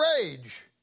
rage